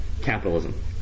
capitalism